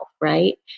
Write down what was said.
right